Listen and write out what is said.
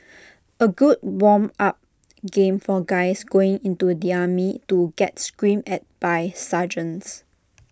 A good warm up game for guys going into the army to get screamed at by sergeants